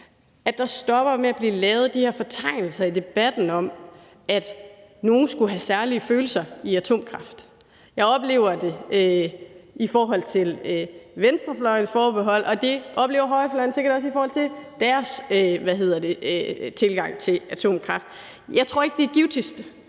at man stopper med at lave de her fortegninger i debatten om, at nogle skulle have særlige følelser over for atomkraft. Jeg oplever det i forhold til venstrefløjens forbehold, og det oplever højrefløjen sikkert også i forhold til deres tilgang til atomkraft. Jeg tror ikke, det er mest